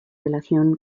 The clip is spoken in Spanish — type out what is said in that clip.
relación